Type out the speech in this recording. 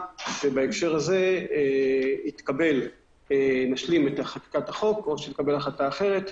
שבהקשר הזה נשלים את חקיקת החוק או שנקבל החלטה אחרת.